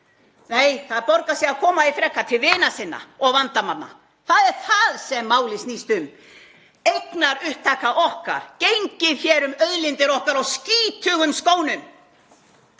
Nei, það borgar sig að koma því frekar til vina sinna og vandamanna. Það er það sem málið snýst um, eignaupptöku okkar. Hér er gengið um auðlindir okkar á skítugum skónum.